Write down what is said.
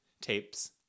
tapes